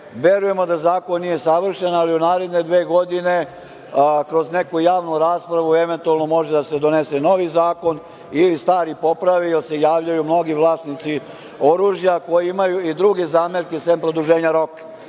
pitanje. Verujemo da zakon nije savršen, ali u nadi da je dve godine, kroz neku javnu raspravu, eventualno može da se donese i novi zakon, ili stari popravi, jer se javljaju mnogi vlasnici oružja, koji imaju i druge zamerke sem produženja